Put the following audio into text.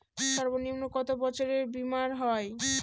সর্বনিম্ন কত বছরের বীমার হয়?